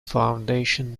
foundation